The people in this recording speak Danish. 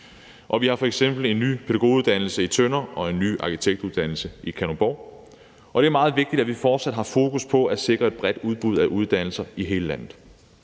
vi har f.eks. en ny pædagoguddannelse i Tønder og en ny arkitektuddannelse i Kalundborg. Det er meget vigtigt, at vi fortsat har fokus på at sikre et bredt udbud af uddannelser i hele landet.